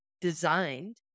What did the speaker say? designed